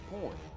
point